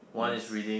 yes